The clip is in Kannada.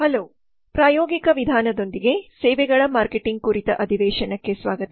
ಹಲೋ ಪ್ರಾಯೋಗಿಕ ವಿಧಾನದೊಂದಿಗೆ ಸೇವೆಗಳ ಮಾರ್ಕೆಟಿಂಗ್ ಕುರಿತ ಅಧಿವೇಶನಕ್ಕೆ ಸ್ವಾಗತ